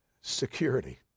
security